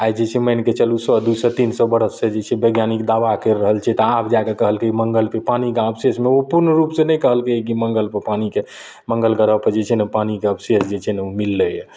आइ जे छै मानिके चलू सओ दू सओ तीन सओ बरससँ जे छै वैज्ञानिक दावा करि रहल छै तऽ आब जाके कहलकय कि मङ्गलपर पानि का अवशेष मिला उ पूर्ण रूपसँ नहि कहलकय कि मङ्गलपर पानिके मङ्गल ग्रहपर जे छै ने पानिके अवशेष जे छै ने उ मिललैया